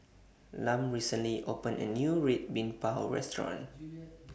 Lum recently opened A New Red Bean Bao Restaurant